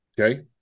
okay